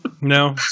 No